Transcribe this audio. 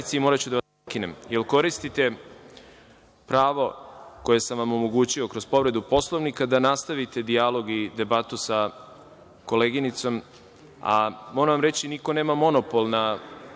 moraću da Vas prekinem, jer koristite pravo koje sam vam omogućio kroz povredu Poslovnika, da nastavite dijalog i debatu sa koleginicom, a moram vam reći niko nema monopol na